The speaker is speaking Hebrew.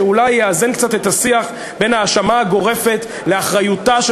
שאולי יאזן קצת את השיח בין ההאשמה הגורפת בדבר אחריותה של